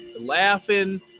laughing